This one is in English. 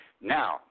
Now